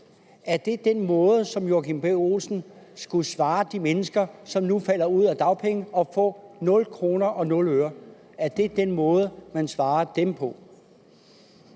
Er det den måde, som hr. Joachim B. Olsen vil svare de mennesker, som nu falder ud af dagpengesystemet og får nul kroner og nul øre? Er det den måde, man svarer dem på?